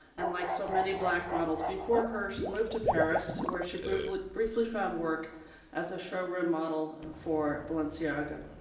and like so many black models before her she moved to paris where she briefly briefly found work as a showroom model for balenciaga.